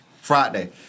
Friday